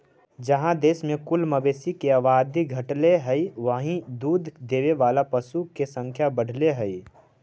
जहाँ देश में कुल मवेशी के आबादी घटले हइ, वहीं दूध देवे वाला पशु के संख्या बढ़ले हइ